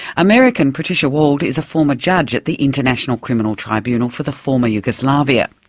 american patricia wald is a former judge at the international criminal tribunal for the former yugoslavia.